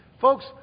Folks